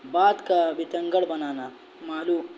بات کا بتنگڑ بنانا معلوم